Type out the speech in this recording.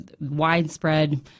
widespread